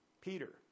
Peter